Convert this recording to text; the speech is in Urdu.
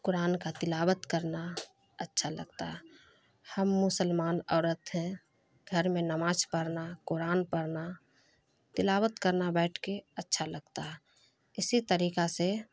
قرآن کا تلاوت کرنا اچھا لگتا ہے ہم مسلمان عورت ہے گھر میں نماز پڑھنا قرآن پڑھنا تلاوت کرنا بیٹھ کے اچھا لگتا ہے اسی طریقہ سے